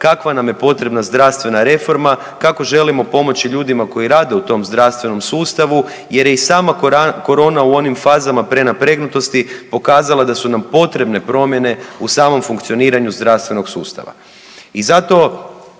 kakva nam je potrebna zdravstvena reforma, kako želimo pomoći ljudima koji rade u tom zdravstvenom sustavu jer je i sama korona u onim fazama prenapregnutosti pokazala da su nam potrebne promjene u samom funkcioniranju zdravstvenog sustava.